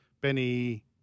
Benny